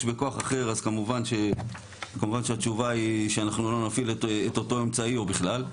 בכוח אחר אז כמובן שהתשובה היא שאנחנו לא נפעיל את אותו אמצעי או בכלל,